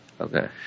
Okay